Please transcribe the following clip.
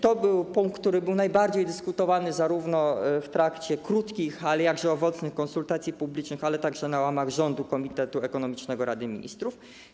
To był punkt, który był najbardziej dyskutowany zarówno w trakcie krótkich, ale jakże owocnych konsultacji publicznych, jak również w ramach rządu, Komitetu Ekonomicznego Rady Ministrów.